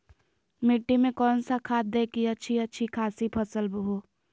मिट्टी में कौन सा खाद दे की अच्छी अच्छी खासी फसल हो?